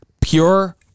pure